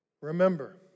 Remember